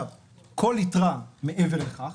כל יתרה מעבר לכך